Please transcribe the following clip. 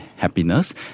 Happiness